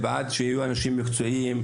אני בעד שיהיו אנשים מקצועיים,